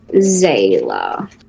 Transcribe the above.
Zayla